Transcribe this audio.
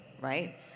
right